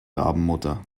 rabenmutter